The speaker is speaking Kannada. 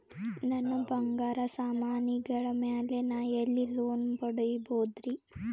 ನನ್ನ ಬಂಗಾರ ಸಾಮಾನಿಗಳ ಮ್ಯಾಲೆ ನಾ ಎಲ್ಲಿ ಲೋನ್ ಪಡಿಬೋದರಿ?